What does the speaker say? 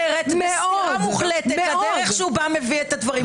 את אומרת --- מוחלטת לדרך שבה הוא מביא את הדברים.